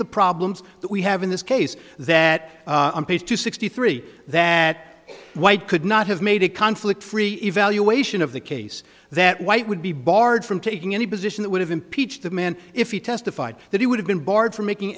the problems that we have in this case that on page two sixty three that white could not i have made a conflict free evaluation of the case that white would be barred from taking any position that would have impeached the man if he testified that he would have been barred from making